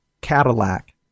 Cadillac